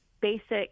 basic